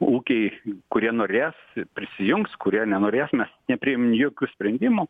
ūkiai kurie norės prisijungs kurie nenorės mes nepriim jokių sprendimų